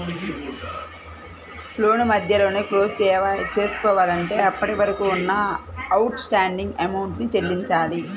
లోను మధ్యలోనే క్లోజ్ చేసుకోవాలంటే అప్పటివరకు ఉన్న అవుట్ స్టాండింగ్ అమౌంట్ ని చెల్లించాలి